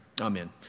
amen